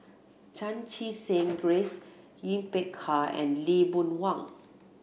Chan Chee Seng Grace Yin Peck Ha and Lee Boon Wang